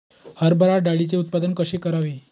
हरभरा डाळीचे उत्पादन कसे करावे?